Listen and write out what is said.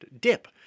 dip